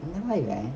என்னடாஇவன்:ennada ivan